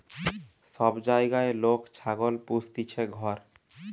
সব জাগায় লোক ছাগল পুস্তিছে ঘর